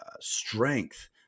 strength